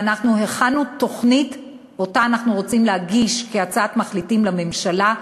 ואנחנו הכנו תוכנית שאנחנו רוצים להגיש כהצעת מחליטים לממשלה,